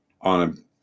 on